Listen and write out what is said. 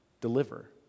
deliver